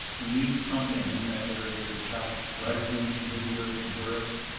we need something in that area to attract residents, visitors, tourists.